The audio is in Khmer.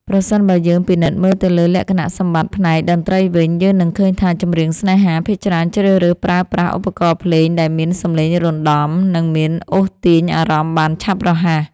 ប្រសិនបើយើងពិនិត្យមើលទៅលើលក្ខណៈសម្បត្តិផ្នែកតន្ត្រីវិញ យើងនឹងឃើញថា ចម្រៀងស្នេហា ភាគច្រើនជ្រើសរើសប្រើប្រាស់ឧបករណ៍ភ្លេងដែលមានសម្លេងរណ្ដំ និងអាចអូសទាញអារម្មណ៍បានឆាប់រហ័ស